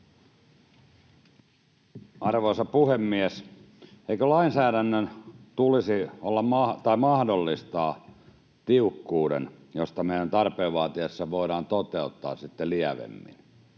Arvoisa puhemies! Eikö lainsäädännön tulisi mahdollistaa tiukkuus, jota me tarpeen vaatiessa voidaan toteuttaa sitten